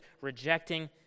rejecting